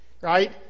Right